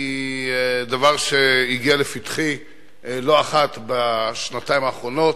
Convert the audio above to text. הגיעו לפתחי לא אחת בשנתיים האחרונות,